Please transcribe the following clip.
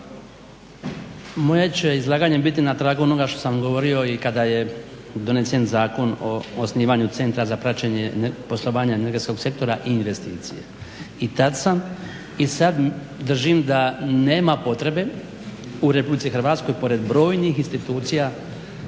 Moje će izlaganje biti na tragu onoga što sam govorio i kada je donesen Zakon o osnivanju Centra za praćenje poslovanja energetskog sektora i investicije i tad sam i sad držim da nema potrebe u Republici Hrvatskoj pored brojnih institucija